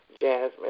Jasmine